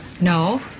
No